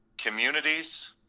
Communities